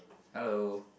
hello